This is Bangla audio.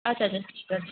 আচ্ছা আচ্ছা ঠিক আছে